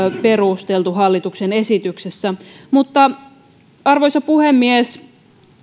perusteltu hallituksen esityksessä arvoisa puhemies